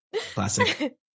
classic